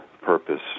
purpose